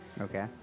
Okay